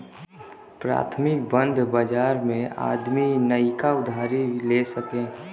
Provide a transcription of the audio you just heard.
प्राथमिक बंध बाजार मे आदमी नइका उधारी ले सके